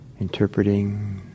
interpreting